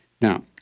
Now